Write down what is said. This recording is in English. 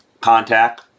contact